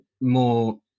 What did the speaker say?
more